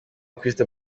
crystal